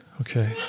Okay